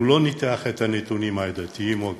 לא ניתח את הנתונים העדתיים או הקבוצתיים,